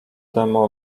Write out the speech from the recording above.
demo